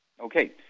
Okay